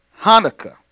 Hanukkah